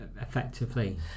effectively